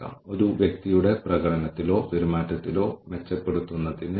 അത് അത്ര സുഖകരമല്ലാത്ത ആളുകൾ ഇപ്പോഴും ഉണ്ടായിരിക്കാം